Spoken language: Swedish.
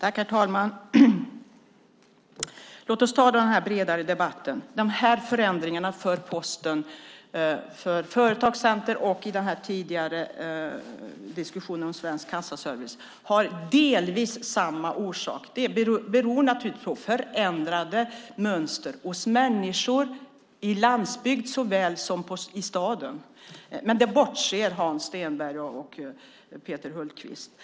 Herr talman! Låt oss ta den bredare debatten. De här förändringarna för Posten, för företagscenter och för Svensk Kassaservice, har delvis samma orsak. De beror naturligtvis på förändrade mönster hos människor i landsbygd såväl som i staden, men det bortser Hans Stenberg och Peter Hultqvist från.